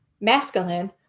masculine